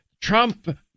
Trump